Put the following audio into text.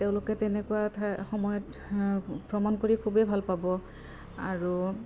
তেওঁলোকে তেনেকুৱা ঠাই সময়ত ভ্ৰমণ কৰি খুবেই ভাল পাব আৰু